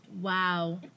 Wow